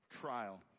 trial